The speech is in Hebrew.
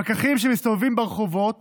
פקחים שמסתובבים ברחובות